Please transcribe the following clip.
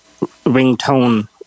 ringtone